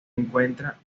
encuentra